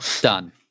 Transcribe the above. Done